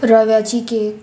रव्याची केक